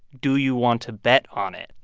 do you want to bet on it?